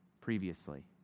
previously